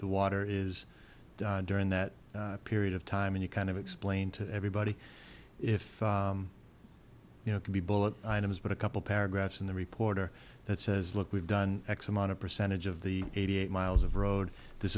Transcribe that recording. the water is during that period of time when you kind of explain to everybody if you know could be bullet items but a couple paragraphs in the reporter that says look we've done x amount of percentage of the eighty eight miles of road this